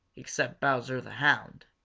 except bowser the hound.